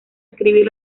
escribir